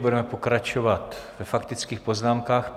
Budeme pokračovat ve faktických poznámkách.